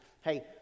hey